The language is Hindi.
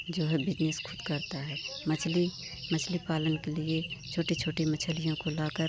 जो है बिजनिस ख़ुद करता है मछली मछली पालन के लिए छोटी छोटी मछलियों को लाकर